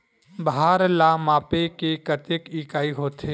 भार ला मापे के कतेक इकाई होथे?